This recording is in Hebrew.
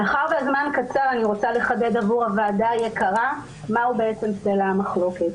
מאחר שהזמן קצר אני רוצה לחדד עבור הוועדה היקרה מהו בעצם סלע המחלוקת.